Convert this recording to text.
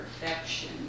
perfection